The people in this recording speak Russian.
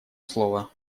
слово